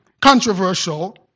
controversial